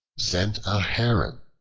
sent a heron,